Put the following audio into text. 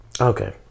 Okay